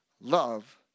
Love